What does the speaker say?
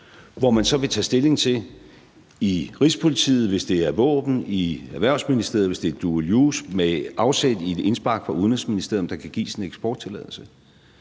hvor man så i Rigspolitiet, hvis det er våben, og i Erhvervsministeriet, hvis det er dual use, med afsæt i indspark fra Udenrigsministeriet vil tage stilling til, om der kan gives en eksporttilladelse.